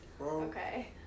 Okay